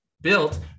built